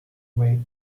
way